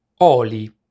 oli